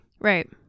Right